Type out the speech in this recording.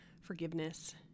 forgiveness